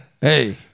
hey